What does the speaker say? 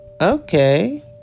Okay